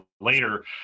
later